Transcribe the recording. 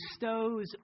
bestows